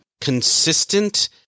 consistent